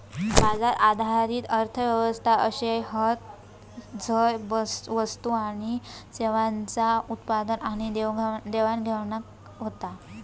बाजार आधारित अर्थ व्यवस्था अशे हत झय वस्तू आणि सेवांचा उत्पादन आणि देवाणघेवाण होता